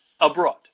abroad